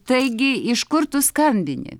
taigi iš kur tu skambini